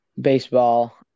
baseball